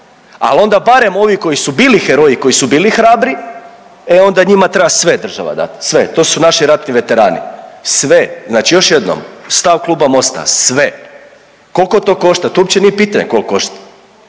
al onda barem ovi koji su bili heroji i koji su bili hrabri, e onda njima treba sve država dat, sve, to su naši ratni veterani, sve, znači još jednom, stav Kluba Mosta, sve. Kolko to košta, to uopće nije pitanje kolko košta,